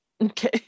Okay